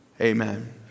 Amen